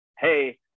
hey